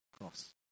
cross